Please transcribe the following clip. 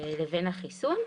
לבין החיסון,